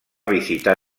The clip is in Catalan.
visitar